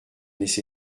m’est